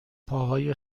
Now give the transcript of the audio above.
پاهای